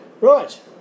Right